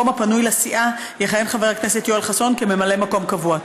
במקום הפנוי לסיעה יכהן חבר הכנסת יואל חסון כממלא מקום קבוע.